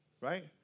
Right